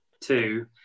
two